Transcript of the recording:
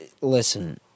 Listen